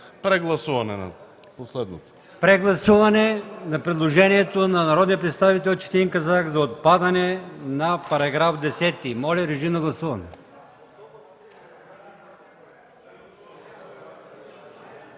Прегласуване на предложението на народния представител Четин Казак за отпадане на § 10. Моля, гласувайте.